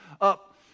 up